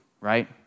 right